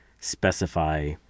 specify